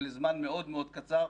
אבל לזמן מאוד מאוד קצר.